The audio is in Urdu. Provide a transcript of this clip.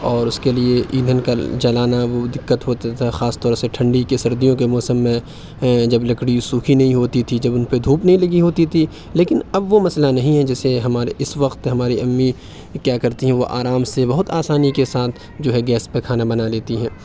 اور اُس کے لیے ایندھن کا جلانا وہ دقت ہوتا تھا خاص طور سے ٹھنڈی کے سردیوں کے موسم میں جب لکڑی سُوکھی نہیں ہوتی تھی جب اُن پہ دھوپ نہیں لگی ہوتی تھی لیکن اب وہ مسئلہ نہیں ہے جیسے ہمارے اِس وقت ہماری امّی کیا کرتی ہیں وہ آرام سے بہت آسانی کے ساتھ جو ہے گیس پہ کھانا بنا لیتی ہیں